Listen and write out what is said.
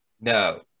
No